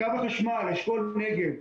קו החשמל אשכול נגב,